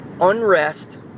unrest